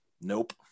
nope